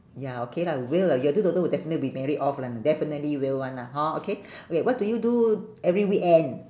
ya okay lah will lah your two daughter will definitely be married off lah definitely will [one] lah hor okay wh~ what do you do every weekend